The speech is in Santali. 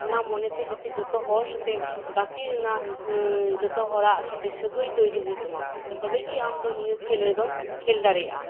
ᱚᱱᱟ ᱢᱚᱱᱮᱛᱮ ᱡᱟᱛᱮ ᱡᱚᱛᱚ ᱦᱚᱲ ᱥᱟᱛᱮᱜ ᱜᱟᱛᱮ ᱨᱮᱱᱟᱜ ᱡᱚᱛᱚ ᱦᱚᱲ ᱥᱟᱶᱛᱮ ᱥᱟᱹᱜᱟᱹᱭ ᱛᱳᱭᱨᱤ ᱦᱩᱭᱩᱜ ᱛᱟᱢᱟ ᱛᱚᱵᱮᱜᱮ ᱟᱢᱫᱚ ᱱᱤᱭᱟᱹ ᱠᱷᱮᱞ ᱨᱮᱫᱚᱢ ᱠᱷᱮᱞ ᱫᱟᱲᱮᱭᱟᱜᱼᱟ